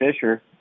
Fisher